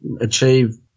achieve